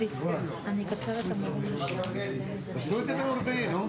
תשבו בבקשה עם תמי על הדברים שביקשנו עכשיו.